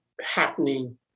happening